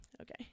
Okay